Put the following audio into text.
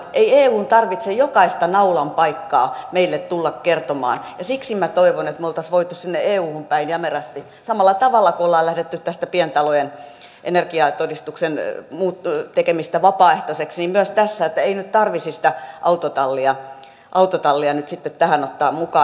ei eun tarvitse jokaista naulan paikkaa meille tulla kertomaan ja siksi minä toivon että me olisimme voineet toimia sinne euhun päin jämerästi samalla tavalla kuin ollaan lähdetty tästä pientalojen energiatodistuksen tekemisestä vapaaehtoiseksi myös tässä lähteä siitä että ei nyt tarvitsisi sitä autotallia sitten tähän ottaa mukaan